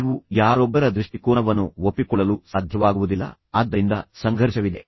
ನೀವು ಯಾರೊಬ್ಬರ ದೃಷ್ಟಿಕೋನವನ್ನು ಒಪ್ಪಿಕೊಳ್ಳಲು ಸಾಧ್ಯವಾಗುವುದಿಲ್ಲ ಆದ್ದರಿಂದ ಸಂಘರ್ಷವಿದೆ